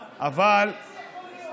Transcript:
איך זה יכול להיות.